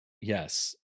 yes